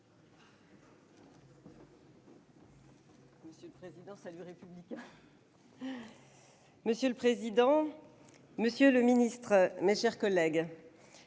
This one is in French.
Monsieur le président, monsieur le ministre, mes chers collègues,